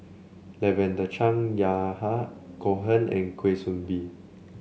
Lavender Chang Yahya Cohen and Kwa Soon Bee